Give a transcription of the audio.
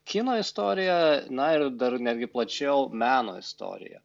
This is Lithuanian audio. kino istoriją na ir dar netgi plačiau meno istoriją